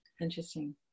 Interesting